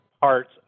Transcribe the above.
parts